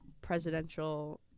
presidential